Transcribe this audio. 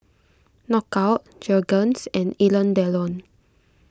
Knockout Jergens and Alain Delon